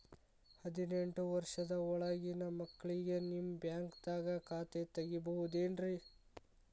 ಹದಿನೆಂಟು ವರ್ಷದ ಒಳಗಿನ ಮಕ್ಳಿಗೆ ನಿಮ್ಮ ಬ್ಯಾಂಕ್ದಾಗ ಖಾತೆ ತೆಗಿಬಹುದೆನ್ರಿ?